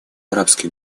арабских